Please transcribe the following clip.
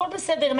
הכול בסדר,